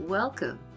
Welcome